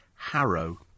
Harrow